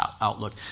outlook